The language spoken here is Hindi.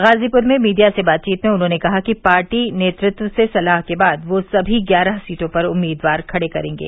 गाजीपुर में मीडिया से बातचीत में उन्होंने कहा कि पार्टी नेतृत्व से सलाह के बाद वे सभी ग्यारह सीटों पर उम्मीदवार खड़े करेंगे